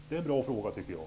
Det är en bra fråga, tycker jag.